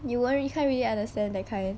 you won't reall~ cant really understand that kind of